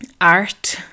art